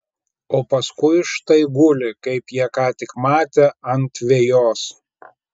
o paskui štai guli kaip jie ką tik matė ant vejos